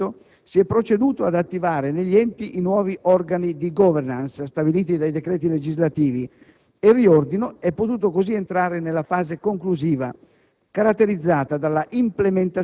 Dopo il periodo di commissariamento si è proceduto ad attivare negli enti i nuovi organi di *governance* stabiliti dai decreti legislativi e il riordino è potuto così entrare nella fase conclusiva,